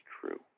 true